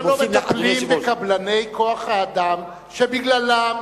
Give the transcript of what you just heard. למה לא מטפלים בקבלני כוח-האדם שבגללם